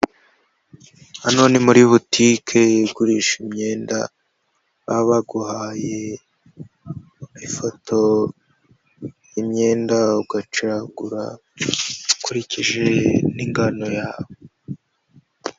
Hano ni muri botike igurisha imyenda, baba baguhaye ifoto y'imyenda ugacagura ukurikije n'ingano yawe.